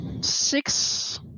six